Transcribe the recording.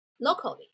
locally